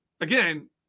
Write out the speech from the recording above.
Again